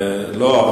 לא,